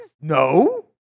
No